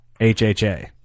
HHA